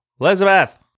Elizabeth